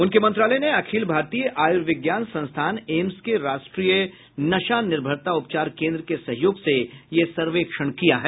उनके मंत्रालय ने अखिल भारतीय आयुर्विज्ञान संस्थान एम्स के राष्ट्रीय नशा निर्भरता उपचार केन्द्र के सहयोग से यह सर्वेक्षण किया है